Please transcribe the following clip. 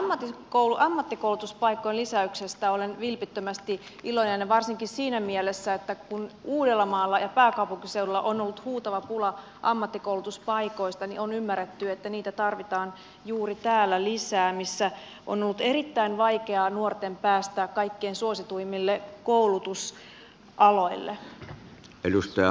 ammattikoulutuspaikkojen lisäyksestä olen vilpittömästi iloinen ja varsinkin siinä mielessä että kun uudellamaalla ja pääkaupunkiseudulla on ollut huutava pula ammattikoulutuspaikoista niin on ymmärretty että niitä tarvitaan juuri täällä lisää missä on ollut erittäin vaikeaa nuorten päästä kaikkein suosituimmille koulutusaloille